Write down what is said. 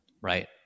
Right